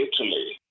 Italy